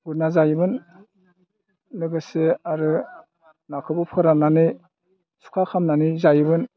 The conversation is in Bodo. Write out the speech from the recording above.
गुरना जायोमोन लोगोसे आरो नाखौबो फोराननानै सुखा खालामनानै जायोमोन